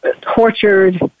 tortured